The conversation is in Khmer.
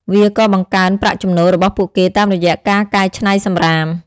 វាក៏បង្កើនប្រាក់ចំណូលរបស់ពួកគេតាមរយៈការកែច្នៃសំរាម។